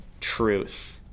truth